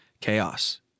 chaos